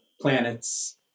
planet's